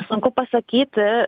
sunku pasakyti